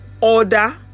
order